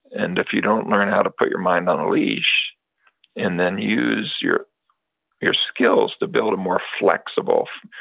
and if you don't learn how to put your mind on a leash and then use your your skills to build a more flexible,